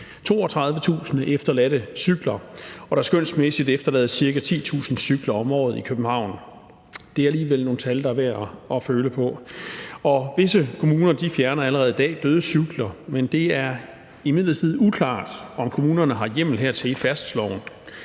32.000 efterladte cykler, og at der skønsmæssigt efterlades ca. 10.000 cykler om året i København. Der er alligevel nogle tal, der er til at føle på. Visse kommuner fjerner allerede i dag døde cykler, men det er imidlertid uklart, om kommunerne har hjemmel hertil i færdselsloven.